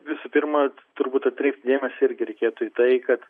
visų pirma turbūt atkreipti dėmesį irgi reikėtų į tai kad